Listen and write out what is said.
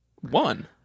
one